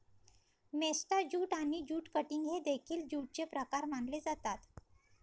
मेस्टा jute आणि jute cutting हे देखील ज्यूटचे प्रकार मानले जातात